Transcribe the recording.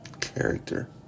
character